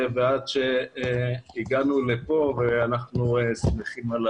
עד שהגענו לכאן ואנחנו שמחים על